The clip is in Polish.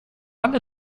ale